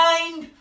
Mind